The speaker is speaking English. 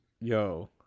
Yo